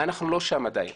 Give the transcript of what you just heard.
אנחנו לא שם עדיין.